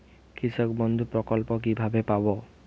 কৃষকবন্ধু প্রকল্প কিভাবে পাব?